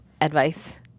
advice